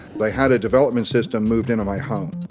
but i had a development system moved into my home,